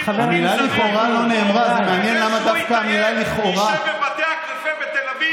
אבל היו לא מעט חברי כנסת שהשתמשו בביטויים,